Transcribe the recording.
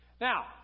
Now